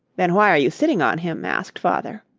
then why are you sitting on him? asked father.